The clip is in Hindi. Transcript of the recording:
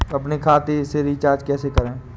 अपने खाते से रिचार्ज कैसे करें?